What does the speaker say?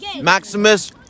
Maximus